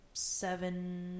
Seven